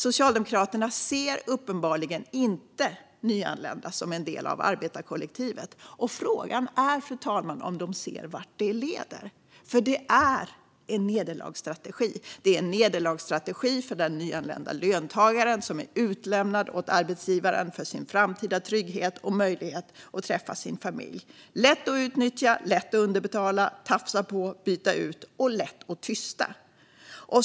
Socialdemokraterna ser uppenbarligen inte nyanlända som en del av arbetarkollektivet. Frågan är om de inser vart det leder. Det är en nederlagsstrategi för den nyanlända löntagaren som är utlämnad åt arbetsgivaren för sin framtida trygghet och möjlighet att träffa sin familj: lätt att utnyttja, lätt att underbetala, lätt att tafsa på, lätt att byta ut och lätt att tysta.